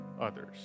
others